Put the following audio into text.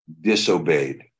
disobeyed